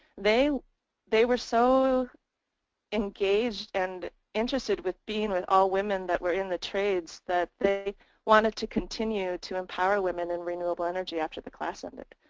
they they were so engaged and interested with being with all women that were in the trades that they wanted to continue to empower women in renewable energy after the class ended.